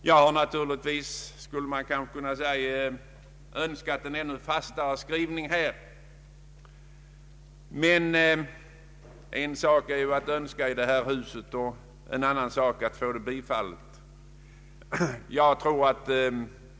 Jag hade naturligtvis önskat en ännu fastare skrivning, men en sak är att önska i detta hus och en annan att få sin Önskan uppfylld.